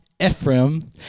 Ephraim